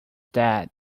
dead